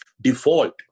default